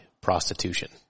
prostitution